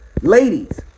Ladies